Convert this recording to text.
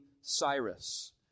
Cyrus